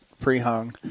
pre-hung